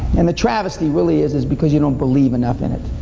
and the travesty really is is because you don't believe enough in it.